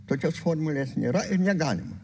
tokios formulės nėra ir negalima